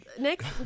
next